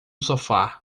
sofá